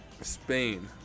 Spain